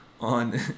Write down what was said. on